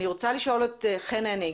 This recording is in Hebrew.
אני רוצה לשאול את חן הניג,